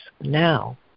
now